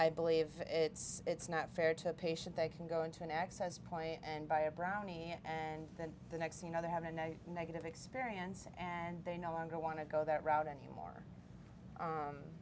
i believe it's not fair to a patient they can go into an access point and buy a brownie and then the next you know they have a negative experience and they no longer want to go that route anymore